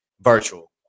virtual